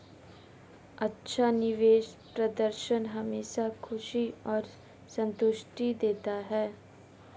अच्छा निवेश प्रदर्शन हमेशा खुशी और संतुष्टि देता है